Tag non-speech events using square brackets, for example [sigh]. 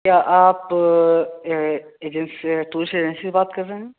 کیا آپ ایجنسی سے ٹور [unintelligible] ایجنسی سے بات کر رہے ہیں